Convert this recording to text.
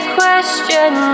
question